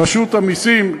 רשות המסים,